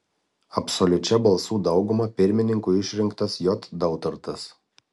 absoliučia balsų dauguma pirmininku išrinktas j dautartas